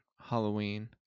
Halloween